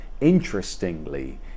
interestingly